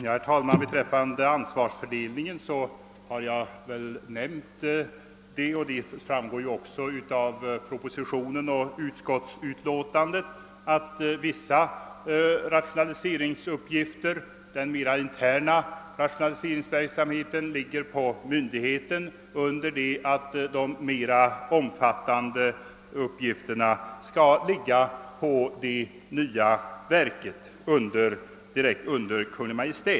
Herr talman! Beträffande ansvarsfördelningen har jag väl nämnt — och det framgår också av propositionen och utskottsutlåtandet — att den mera interna rationaliseringsverksamheten = ankommer på myndigheten, under det att de mera omfattande uppgifterna skall ligga på det nya verket direkt under Kungl. Maj:t.